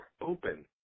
open